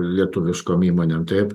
lietuviškom įmonėm taip